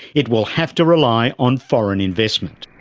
it will have to rely on foreign investment.